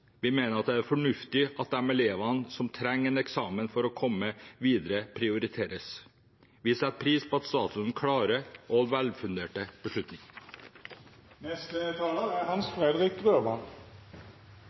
Vi mener at det er fornuftig at de elevene som trenger en eksamen for å komme videre, prioriteres. Vi setter pris på statsrådens klare og velfunderte beslutninger. I en pågående pandemi er